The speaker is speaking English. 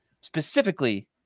specifically